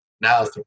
now